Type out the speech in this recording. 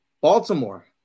Baltimore